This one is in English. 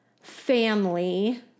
family –